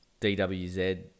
DWZ